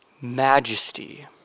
Majesty